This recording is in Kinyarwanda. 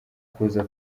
kuza